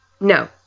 No